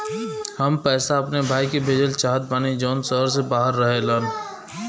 हम पैसा अपने भाई के भेजल चाहत बानी जौन शहर से बाहर रहेलन